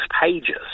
pages